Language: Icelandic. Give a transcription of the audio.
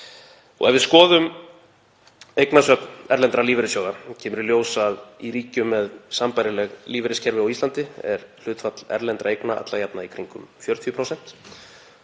Ef við skoðum eignasöfn erlendra lífeyrissjóða kemur í ljós að í ríkjum með sambærilegt lífeyriskerfi og á Íslandi er hlutfall erlendra eigna alla jafna í kringum 40%